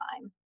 time